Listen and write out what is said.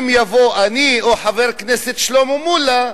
אם נבוא אני או חבר הכנסת שלמה מולה,